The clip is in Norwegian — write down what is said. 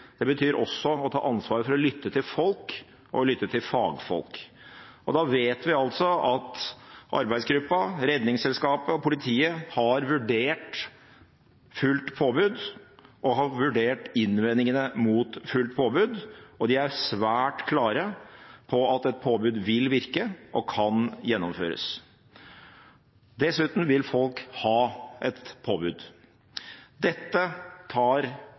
selv betyr også å ta ansvar for å lytte til folk og lytte til fagfolk. Vi vet at arbeidsgruppa, Redningsselskapet og politiet har vurdert fullt påbud og innvendingene mot fullt påbud, og de er svært klare på at et påbud vil virke og kan gjennomføres. Dessuten vil folk ha et påbud. Dette tar